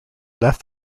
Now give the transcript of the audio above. left